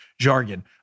jargon